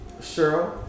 Cheryl